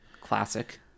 classic